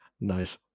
Nice